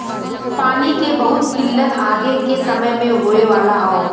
पानी के बहुत किल्लत आगे के समय में होए वाला हौ